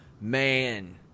Man